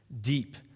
deep